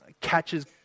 catches